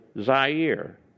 Zaire